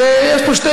יש פה שתי